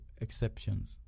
exceptions